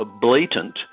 blatant